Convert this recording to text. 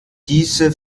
diese